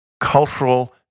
cultural